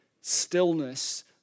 stillness